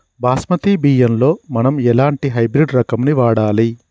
బాస్మతి బియ్యంలో మనం ఎలాంటి హైబ్రిడ్ రకం ని వాడాలి?